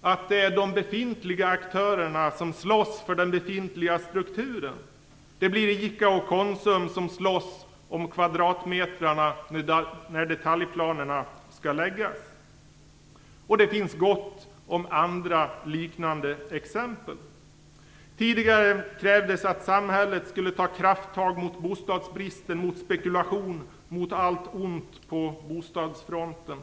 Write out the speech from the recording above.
att de befintliga aktörerna slåss för den befintliga strukturen. Det blir ICA och Konsum som slåss om kvadratmetrarna när detaljplanerna skall läggas fast, och det finns gott om andra liknande exempel. Tidigare krävdes att samhället skulle ta krafttag mot bostadsbristen, mot spekulationen och mot allt ont på bostadsfronten.